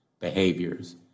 behaviors